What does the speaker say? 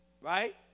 Right